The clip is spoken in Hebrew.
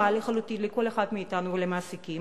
לחלוטין לכל אחד מאתנו ולמעסיקים,